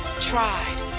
tried